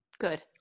Good